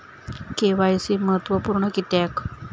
KYC महत्त्वपुर्ण किद्याक?